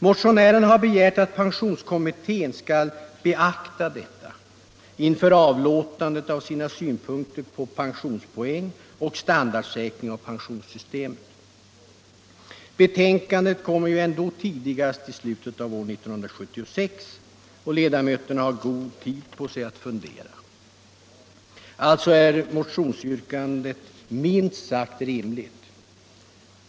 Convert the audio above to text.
Motionärerna har begärt att pensionskommittén skall beakta detta inför avlåtandet av sina synpunkter på pensionspoäng och standardsäkring av pensionssystemet. Betänkandet kommer ju ändå tidigast i slutet av år 1976, och ledamöterna har god tid på sig att fundera. Alltså är motionsyrkandet minst sagt rimligt.